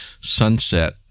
sunset